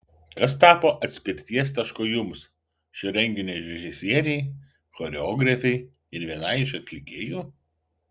kas tapo atspirties tašku jums šio renginio režisierei choreografei ir vienai iš atlikėjų